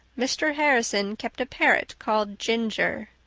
mr. harrison kept a parrot called ginger.